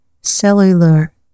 cellular